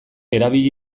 erabili